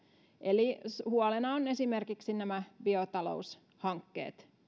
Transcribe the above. eli huolena on esimerkiksi nämä biotaloushankkeet